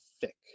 thick